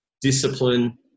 discipline